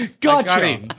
gotcha